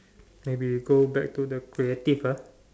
maybe go back to the creative ah